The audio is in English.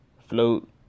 float